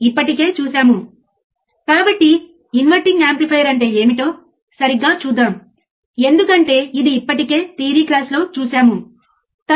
అప్పుడు మీరు output voltage 0 కాదు అని మీరు కనుగొంటారు సరే